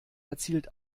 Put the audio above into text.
erzielt